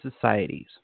societies